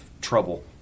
trouble